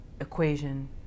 equation